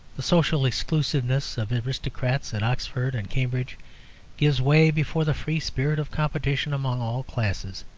the social exclusiveness of aristocrats at oxford and cambridge gives way before the free spirit of competition amongst all classes.